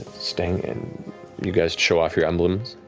staying. and you guys show off your emblems.